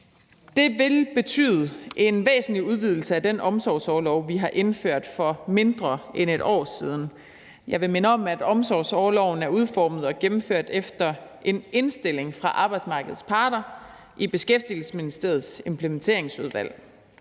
det vil betyde en væsentlig udvidelse af den omsorgsorlov, vi har indført for mindre end et år siden. Jeg vil minde om, at omsorgsorloven er udformet og gennemført efter en indstilling fra arbejdsmarkedets parter i Beskæftigelsesministeriets Implementeringsudvalg.